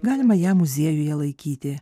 galima ją muziejuje laikyti